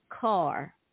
car